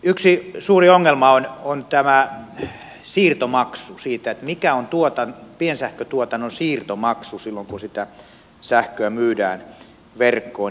yksi suuri ongelma on tämä siirtomaksu mikä on piensähkötuotannon siirtomaksu silloin kun sitä sähköä myydään verkkoon